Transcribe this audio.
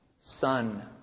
Son